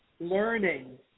learning